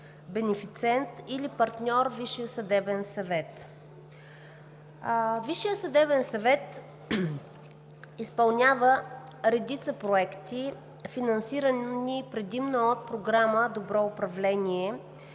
бенефициент или партньор – Висшия съдебен съвет. Висшият съдебен съвет изпълнява редица проекти, финансирани предимно от Програма „Добро управление“,